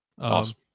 Awesome